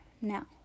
Now